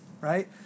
Right